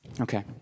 Okay